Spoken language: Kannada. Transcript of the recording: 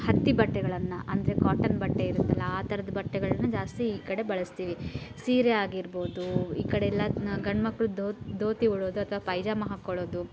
ಹತ್ತಿ ಬಟ್ಟೆಗಳನ್ನು ಅಂದರೆ ಕಾಟನ್ ಬಟ್ಟೆ ಇರುತ್ತಲ್ಲ ಆ ಥರದ್ ಬಟ್ಟೆಗಳನ್ನ ಜಾಸ್ತಿ ಈ ಕಡೆ ಬಳಸ್ತೀವಿ ಸೀರೆ ಆಗಿರ್ಬೋದು ಈ ಕಡೆಯೆಲ್ಲ ಗಂಡುಮಕ್ಳು ಧೋತಿ ಉಡೋದು ಅಥ್ವಾ ಪೈಜಾಮ ಹಾಕ್ಕೊಳೋದು